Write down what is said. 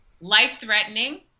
life-threatening